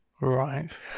Right